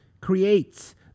creates